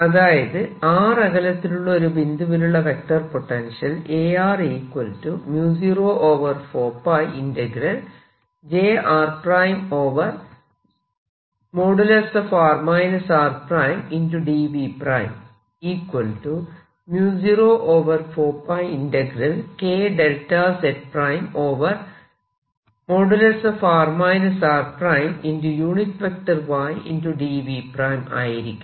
അതായത് r അകലത്തിലുള്ള ഒരു ബിന്ദുവിലുള്ള വെക്റ്റർ പൊട്ടൻഷ്യൽ ആയിരിക്കും